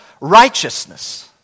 righteousness